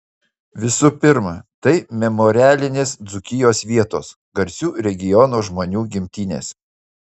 visų pirma tai memorialinės dzūkijos vietos garsių regiono žmonių gimtinės